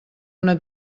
una